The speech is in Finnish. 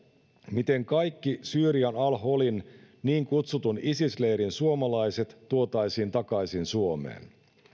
miten kaikki syyrian al holin niin kutsutun isis leirin suomalaiset tuotaisiin takaisin suomeen